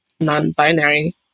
non-binary